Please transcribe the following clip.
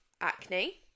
acne